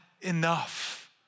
enough